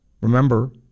Remember